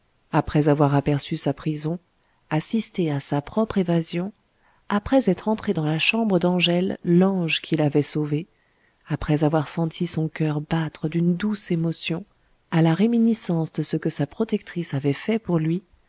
après avoir aperçu sa prison assisté à sa propre évasion après être entré dans la chambre d'angèle l'ange qui l'avait sauvé après avoir senti son coeur battre d'une douce émotion à la réminiscence de ce que sa protectrice avait fait pour lui